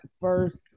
first